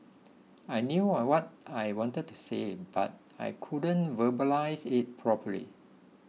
I knew I what I wanted to say but I couldn't verbalise it properly